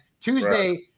Tuesday